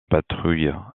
patrouille